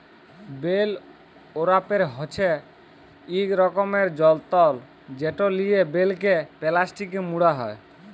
bell ওরাপের হছে ইক রকমের যল্তর যেট লিয়ে বেলকে পেলাস্টিকে মুড়া হ্যয়